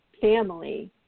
family